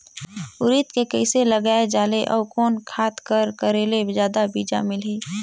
उरीद के कइसे लगाय जाले अउ कोन खाद कर करेले जादा बीजा मिलही?